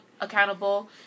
accountable